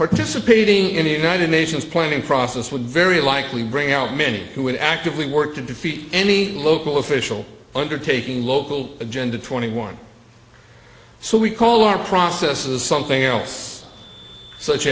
participating in a united nations planning process would very likely bring out many who would actively work to defeat any local official undertaking local agenda twenty one so we call our processes something else such